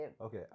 Okay